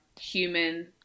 human